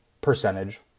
percentage